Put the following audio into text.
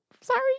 sorry